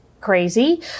crazy